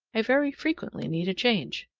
i very frequently need a change.